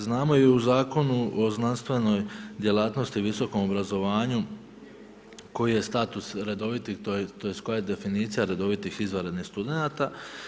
Znamo i u Zakonu o znanstvenoj djelatnosti i visokom obrazovanju koji je status redoviti, tj. koja je definicija redovitih i izvanrednih studenata.